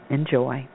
Enjoy